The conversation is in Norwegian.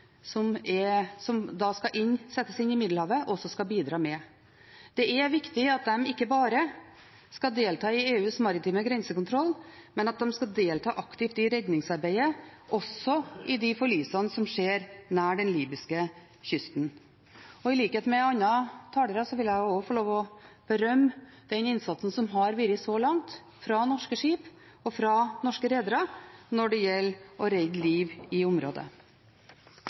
som skal settes inn i Middelhavet, skal bidra med. Det er viktig at de ikke bare skal delta i EUs maritime grensekontroll, men at de skal delta aktivt i redningsarbeidet også i de forlisene som skjer nær den libyske kysten. I likhet med andre talere vil jeg også få lov til å berømme den innsatsen som har vært gjort så langt fra norske skip og fra norske redere når det gjelder å redde liv i området.